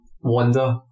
Wonder